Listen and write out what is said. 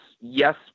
yes